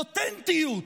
באותנטיות,